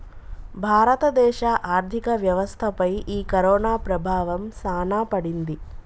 భారత దేశ ఆర్థిక వ్యవస్థ పై ఈ కరోనా ప్రభావం సాన పడింది